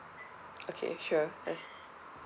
okay sure that's